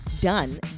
done